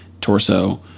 torso